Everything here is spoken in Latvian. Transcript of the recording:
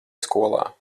skolā